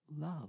Love